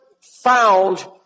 found